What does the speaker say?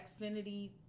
Xfinity